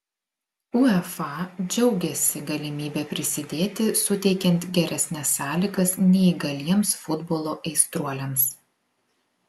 uefa džiaugiasi galimybe prisidėti suteikiant geresnes sąlygas neįgaliems futbolo aistruoliams